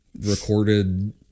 recorded